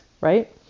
right